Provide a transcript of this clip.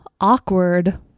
Awkward